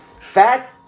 fat